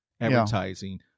advertising